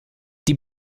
die